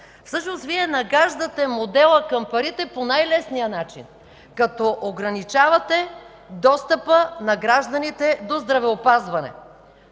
Всъщност Вие нагаждате модела към парите по най-лесния начин, като ограничавате достъпа на гражданите до здравеопазване.